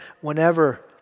whenever